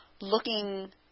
looking